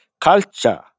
culture